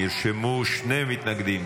נרשמו שני מתנגדים.